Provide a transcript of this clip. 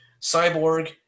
Cyborg